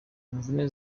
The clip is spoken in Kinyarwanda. imvune